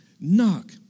knock